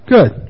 Good